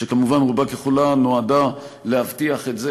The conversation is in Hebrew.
שכמובן רובה ככולה נועדה להבטיח את זה